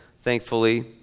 thankfully